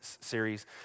series